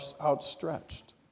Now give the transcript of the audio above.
outstretched